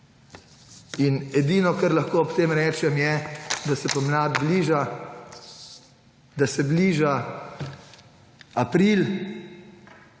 Edino, kar lahko ob tem rečem, je, da se pomlad bliža,